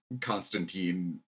Constantine